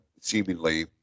seemingly